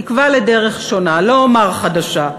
תקווה לדרך שונה, לא אומר חדשה,